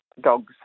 dogs